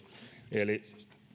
eli